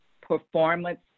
performance